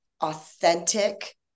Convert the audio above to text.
authentic